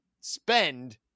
spend